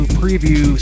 preview